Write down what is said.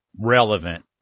relevant